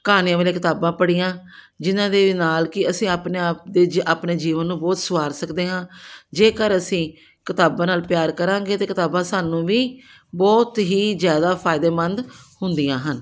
ਕਹਾਣੀਆਂ ਵਾਲੀਆਂ ਕਿਤਾਬਾਂ ਪੜ੍ਹੀਆਂ ਜਿਹਨਾਂ ਦੇ ਵੀ ਨਾਲ ਕਿ ਅਸੀਂ ਆਪਣੇ ਆਪ ਦੇ ਜ ਆਪਣੇ ਜੀਵਨ ਨੂੰ ਬਹੁਤ ਸਵਾਰ ਸਕਦੇ ਹਾਂ ਜੇਕਰ ਅਸੀਂ ਕਿਤਾਬਾਂ ਨਾਲ ਪਿਆਰ ਕਰਾਂਗੇ ਤਾਂ ਕਿਤਾਬਾਂ ਸਾਨੂੰ ਵੀ ਬਹੁਤ ਹੀ ਜ਼ਿਆਦਾ ਫਾਇਦੇਮੰਦ ਹੁੰਦੀਆਂ ਹਨ